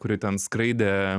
kuri ten skraidė